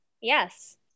Yes